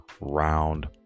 Round